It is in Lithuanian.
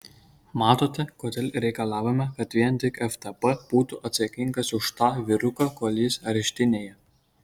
matote kodėl reikalavome kad vien tik ftb būtų atsakingas už tą vyruką kol jis areštinėje